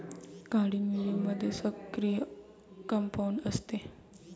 काळी मिरीमध्ये सक्रिय कंपाऊंड असते